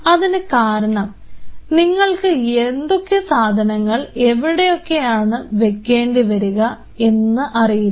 അതിനു കാരണം നിങ്ങൾക്ക് എന്തൊക്കെ സാധനങ്ങൾ എവിടെയൊക്കെ വെക്കേണ്ടി വരും എന്ന് നിങ്ങൾക്ക് അറിയില്ല